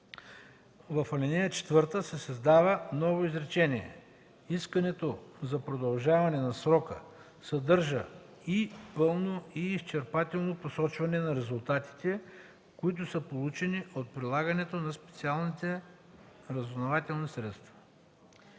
в ал. 4 се създава изречение второ: „Искането за продължаване на срока съдържа и пълно и изчерпателно посочване на резултатите, които са получени от прилагането на специалните разузнавателни средства.”